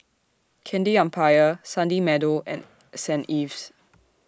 Candy Empire Sunny Meadow and Saint Ives